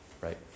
right